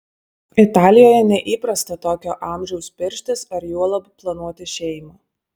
italijoje neįprasta tokio amžiaus pirštis ar juolab planuoti šeimą